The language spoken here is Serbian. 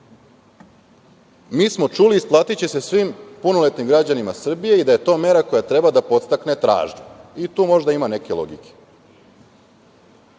smo čuli - isplatiće se svim punoletnim građanima Srbije i da je to mera koja treba da podstakne tražnju. Tu možda ima neke logike.